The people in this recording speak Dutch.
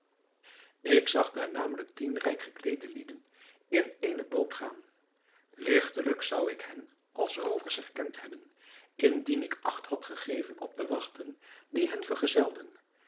ik zag daar namelijk tien rijk gekleede lieden in eene boot gaan ligtelijk zou ik hen als roovers herkend hebben indien ik acht had gegeven op de wachten die hen vergezelden